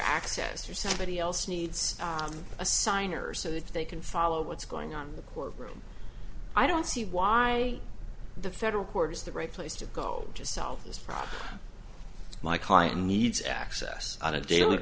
access or somebody else needs a sign or so that they can follow what's going on in the court room i don't see why the federal court is the right place to go to solve this problem my client needs access on a daily